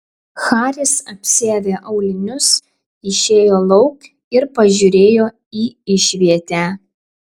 haris apsiavė aulinius išėjo lauk ir pažiūrėjo į išvietę